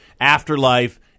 Afterlife